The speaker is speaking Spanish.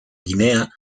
guinea